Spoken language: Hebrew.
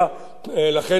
לכן, בתנאים אלה,